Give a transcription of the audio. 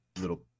little